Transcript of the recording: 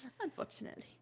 Unfortunately